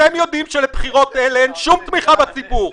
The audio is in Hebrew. אתם יודעים שלבחירות האלה אין שום תמיכה בציבור,